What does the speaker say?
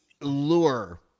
lure